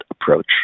approach